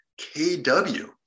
kW